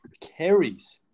carries